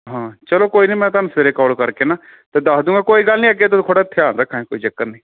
ਹਾਂ ਚਲੋ ਕੋਈ ਨਹੀਂ ਮੈਂ ਤੁਹਾਨੂੰ ਸਵੇਰੇ ਕਾਲ ਕਰਕੇ ਨਾ ਤੇ ਦੱਸ ਦੂਗਾ ਕੋਈ ਗੱਲ ਨਹੀਂ ਅੱਗੇ ਤੋਂ ਥੋੜ੍ਹਾ ਖਿਆਲ ਰੱਖਾਂਗੇ ਕੋਈ ਚੱਕਰ ਨਹੀਂ